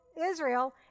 Israel